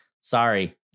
sorry